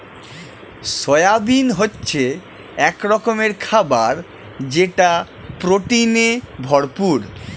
soybean হচ্ছে এক রকমের খাবার যেটা প্রোটিনে ভরপুর